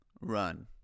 run